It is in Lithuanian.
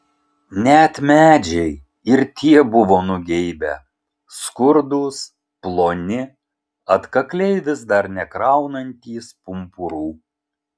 net medžiai ir tie buvo nugeibę skurdūs ploni atkakliai vis dar nekraunantys pumpurų